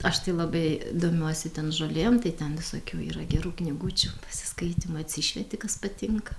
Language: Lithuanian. aš tai labai domiuosi ten žolėm tai ten visokių yra gerų knygučių pasiskaitymui atsišvieti kas patinka